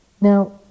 Now